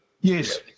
Yes